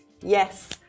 Yes